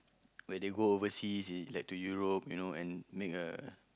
where they go overseas lead to Europe and make a